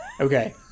Okay